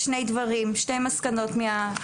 כל מי שכותב לא יודע על מה הוא